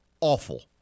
awful